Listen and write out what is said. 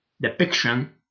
depiction